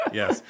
yes